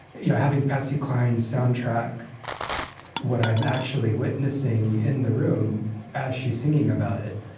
you know, having patsy cline soundtrack what i'm actually witnessing in the room as she's singing about it,